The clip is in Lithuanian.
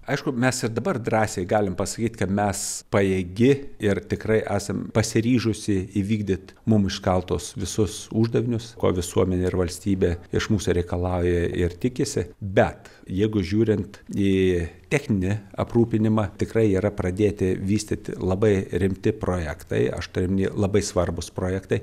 aišku mes ir dabar drąsiai galim pasakyt kad mes pajėgi ir tikrai esam pasiryžusi įvykdyt mum iškeltus visus uždavinius ko visuomenė ir valstybė iš mūsų reikalauja ir tikisi bet jeigu žiūrint į techninį aprūpinimą tikrai yra pradėti vystyti labai rimti projektai aštuoni labai svarbūs projektai